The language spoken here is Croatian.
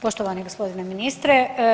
Poštovani g. ministre.